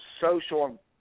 social